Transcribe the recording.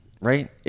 Right